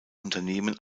unternehmen